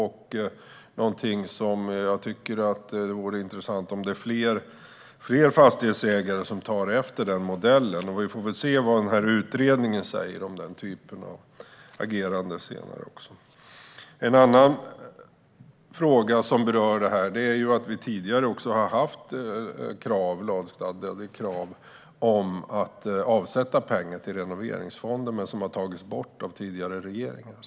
Jag tycker att det vore intressant om fler fastighetsägare skulle ta efter den modellen. Vi får väl se vad utredningen säger om den typen av agerande. En annan fråga som berör detta är att vi tidigare också har haft lagstadgade krav om att avsätta pengar till renoveringsfonder, men det har tagits bort av tidigare regeringar.